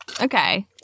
Okay